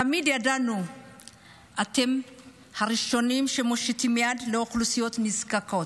תמיד ידענו שאתם הראשונים שמושיטים יד לאוכלוסיות נזקקות,